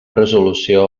resolució